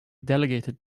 delegated